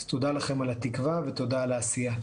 אז תודה לכם על התקווה ותודה על העשייה.